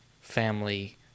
family